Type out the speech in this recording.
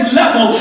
level